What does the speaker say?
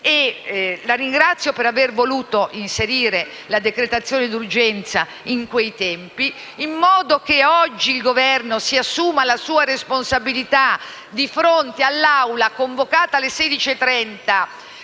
La ringrazio per aver voluto inserire la dichiarazione d'urgenza in quei tempi, in modo che oggi il Governo si assuma la sua responsabilità di fronte all'Assemblea, convocata alle 16,30